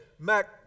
Mac